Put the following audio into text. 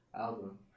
album